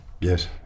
Yes